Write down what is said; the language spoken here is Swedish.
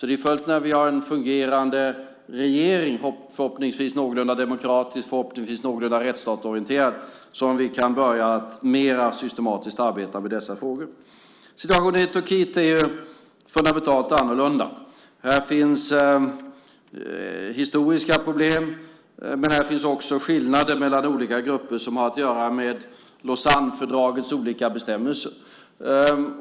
Det är först när vi har en fungerande regering, förhoppningsvis någorlunda demokratisk och någorlunda rättsstatsorienterad, som vi kan börja att mer systematiskt arbeta med dessa frågor. Situationen i Turkiet är fundamentalt annorlunda. Där finns historiska problem. Där finns också skillnader mellan olika grupper som har att göra med Lausannefördragets olika bestämmelser.